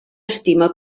estima